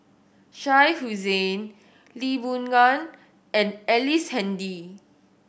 Shah Hussain Lee Boon Ngan and Ellice Handy